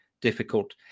difficult